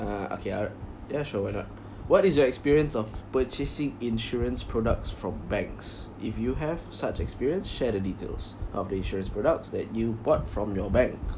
uh okay alri~ ya sure why not what is your experience of purchasing insurance products from banks if you have such experience share the details of the insurance products that you bought from your bank